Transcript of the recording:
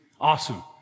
awesome